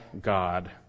God